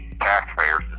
taxpayers